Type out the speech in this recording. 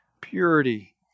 Purity